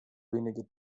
wenige